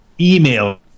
email